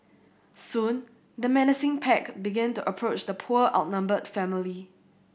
soon the menacing pack began to approach the poor outnumbered family